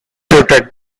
disputed